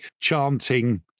chanting